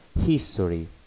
History